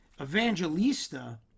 Evangelista